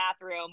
bathroom